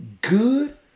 good